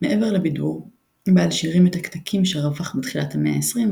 מעבר לבידור בעל שירים מתקתקים שרווח בתחילת המאה ה-20,